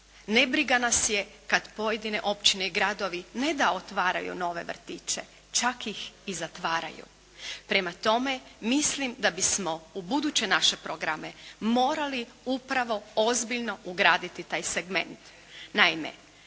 nebriga nas je kad pojedine i općine i gradovi ne da otvaraju nove vrtiće, čak ih i zatvaraju. Prema tome, mislim da bismo ubuduće naše programe morali upravo ozbiljno ugraditi taj segment.